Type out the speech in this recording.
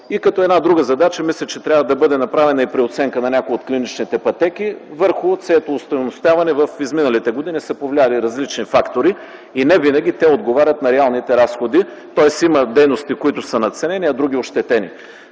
И като една друга задача, мисля, че трябва да бъде направена преоценка на някои от клиничните пътеки, върху чието остойностяване в изминалите години са повлияли различни фактори и те невинаги отговарят на реалните разходи. Тоест има дейности, които са надценени, а други ощетени.